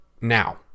Now